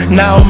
now